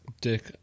dick